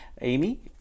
Amy